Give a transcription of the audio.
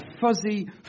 fuzzy